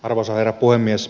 arvoisa herra puhemies